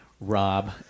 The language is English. Rob